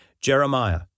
Jeremiah